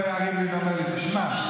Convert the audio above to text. תשמע,